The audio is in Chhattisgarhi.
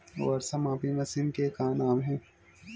वर्षा मापी मशीन के का नाम हे?